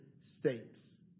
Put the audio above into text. states